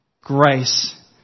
grace